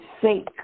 sake